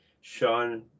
Sean